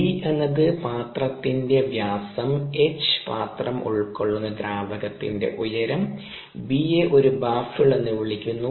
D എന്നത് പാത്രത്തിന്റെ വ്യാസം H പാത്രം ഉൾകൊള്ളുന്ന ദ്രാവകത്തിന്റെ ഉയരം B യെ ഒരു ബാഫിൾ എന്ന് വിളിക്കുന്നു